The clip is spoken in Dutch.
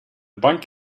bank